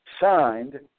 signed